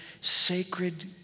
sacred